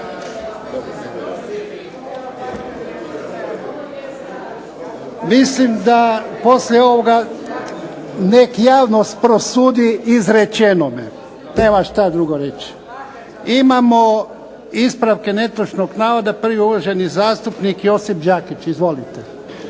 Mislim da poslije ovoga neka javnost prosudi izrečenome. Nemam što drugo reći. Imamo ispravke netočnog navoda, prvi je uvaženi zastupnik Josip Đakić. Izvolite.